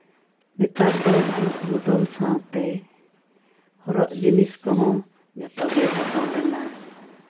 ᱱᱮᱛᱟᱨ ᱫᱚ ᱡᱩᱜᱽ ᱵᱚᱫᱚᱞ ᱥᱟᱶᱛᱮ ᱦᱚᱨᱚᱜ ᱡᱤᱱᱤᱥ ᱠᱚᱦᱚᱸ ᱡᱷᱚᱛᱚ ᱜᱮ ᱵᱚᱫᱚᱞᱮᱱᱟ